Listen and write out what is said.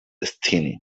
destiny